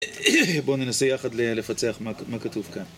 בואו ננסה יחד לפצח מה כתוב כאן